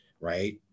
right